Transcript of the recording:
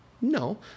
No